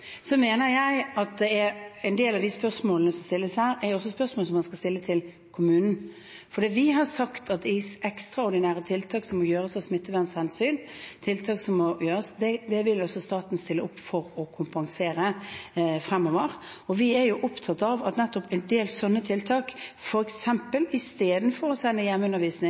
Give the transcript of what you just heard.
Så mener jeg at en del av de spørsmålene som stilles her, også er spørsmål man skal stille til kommunen, for vi har sagt at de ekstraordinære tiltak som må gjøres av smittevernhensyn, vil også staten stille opp og kompensere for fremover. Vi er opptatt av nettopp en del sånne tiltak – f.eks. kan man i stedet for å drive hjemmeundervisning